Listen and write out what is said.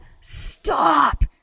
stop